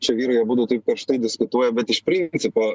čia vyrai abudu taip karštai diskutuoja bet iš principo